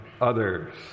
others